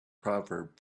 proverb